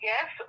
Yes